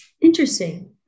interesting